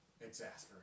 exasperated